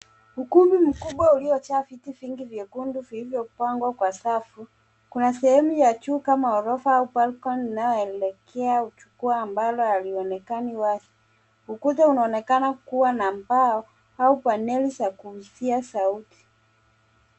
Ukumbi mkubwa uliojaa viti vingi vyekundu vilivyopangwa kwa safu. Kuna sehemu ya juu kama ghorofa balcony inayoelekea jukwaa ambalo halionekani wazi. Ukuta unaonekana kuwa na mbao au panels za kuskia sauti.